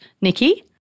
Nikki